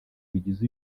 bigize